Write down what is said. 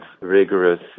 rigorous